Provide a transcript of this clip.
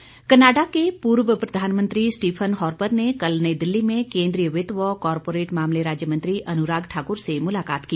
मुलाकात कनाडा के पूर्व प्रधानमंत्री स्टीफन हार्पर ने कल नई दिल्ली में केंद्रीय वित्त व कॉरपोरेट मामले राज्यमंत्री अनुराग ठाकुर से मुलाकात की